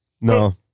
No